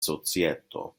societo